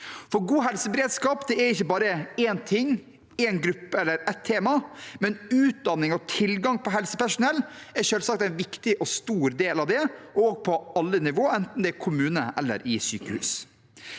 God helseberedskap er ikke bare én ting eller ett tema, men utdanning og tilgang på helsepersonell er selvsagt en viktig og stor del av det, også på alle nivåer, enten det er i kommune eller i sykehus.